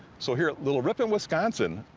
so here, at little ripon wisconsin,